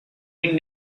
been